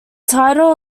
title